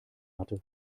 hatte